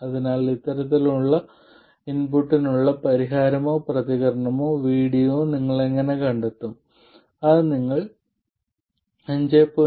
അതിനാൽ ഇത്തരമൊരു ഇൻപുട്ടിനുള്ള പരിഹാരമോ പ്രതികരണ VDയോ നിങ്ങൾ എങ്ങനെ കണ്ടെത്തും നിങ്ങൾ അത് 5